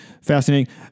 fascinating